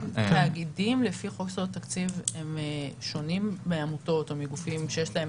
תאגידים לפי חוק יסודות התקציב הם שונים מעמותות או מגופים שיש להם